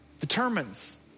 determines